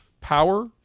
power